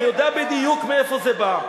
אני יודע בדיוק מאיפה זה בא.